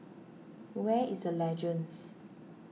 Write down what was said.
where is the Legends